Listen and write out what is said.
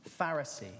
Pharisee